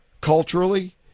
culturally